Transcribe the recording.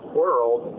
world